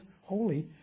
holy